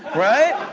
right?